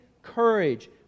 Courage